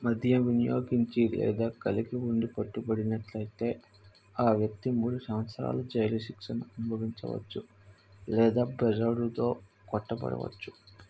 మద్యం వినియోగించి లేదా కలిగి ఉండి పట్టుబడినట్లైతే ఆ వ్యక్తి మూడు సంవత్సరాల జైలు శిక్షను అనుభవించవచ్చు లేదా బెరడుతో కొట్టబడవచ్చు